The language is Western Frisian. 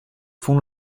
fûn